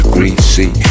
Greasy